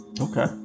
Okay